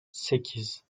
sekiz